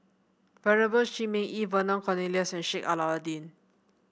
Venerable Shi Ming Yi Vernon Cornelius and Sheik Alau'ddin